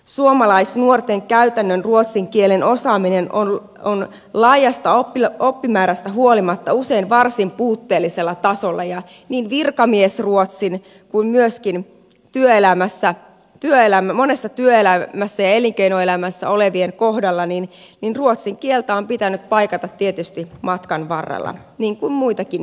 suomalaisnuorten käytännön ruotsin kielen osaaminen on laajasta oppimäärästä huolimatta usein varsin puutteellisella tasolla ja niin virkamiesruotsia kuin myöskin monien työelämässä ja elinkeinoelämässä olevien ruotsin kieltä on tietysti pitänyt paikata matkan varrella niin kuin muitakin kieliä